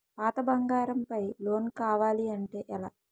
పాత బంగారం పై లోన్ కావాలి అంటే ఎలా?